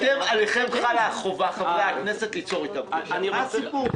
עליכם חלה החובה, חברי הכנסת, ליצור איתם קשר.